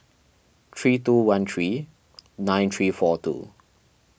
three two one three nine three four two